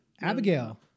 Abigail